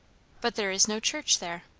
but there is no church there?